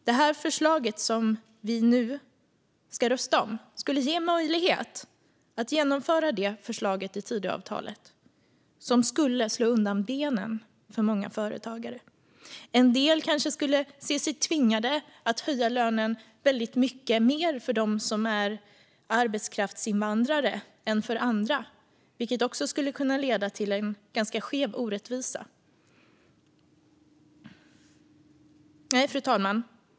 Det förslag som vi nu ska rösta om skulle ge möjlighet att genomföra det förslaget i Tidöavtalet som skulle slå undan benen för många företagare. En del kanske skulle se sig tvingade att höja lönen väldigt mycket mer för dem som är arbetskraftsinvandrare än för andra, vilket också skulle kunna leda till en ganska skev orättvisa. Fru talman!